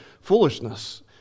foolishness